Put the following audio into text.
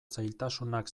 zailtasunak